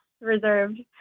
reserved